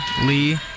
Lee